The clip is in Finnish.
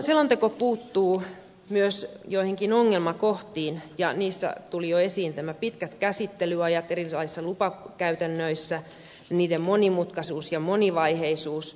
selonteko puuttuu myös joihinkin ongelmakohtiin ja niistä tulivat jo esiin nämä pitkät käsittelyajat erilaisissa lupakäytännöissä lupakäytäntöjen monimutkaisuus ja monivaiheisuus